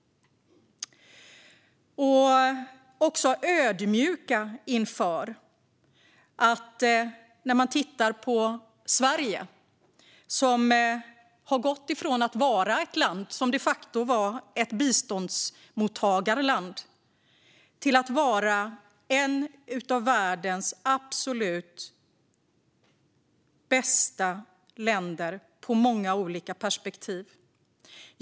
Vi ska också vara ödmjuka inför att Sverige har gått från att vara ett land som de facto var ett biståndsmottagarland till att vara ett av världens absolut bästa länder ur många olika perspektiv.